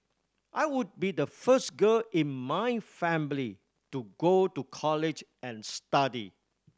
I would be the first girl in my family to go to college and study